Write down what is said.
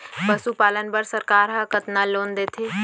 पशुपालन बर सरकार ह कतना लोन देथे?